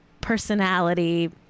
personality